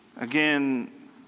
again